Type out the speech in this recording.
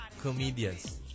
Comedians